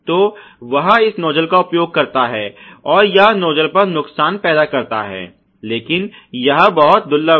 तो वह इस नोज्जल का उपयोग करता है और यह नोज्जल पर नुकसान पैदा करता है लेकिन यह बहुत दुर्लभ है